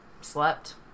slept